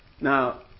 Now